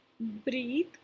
breathe